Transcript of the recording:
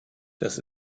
das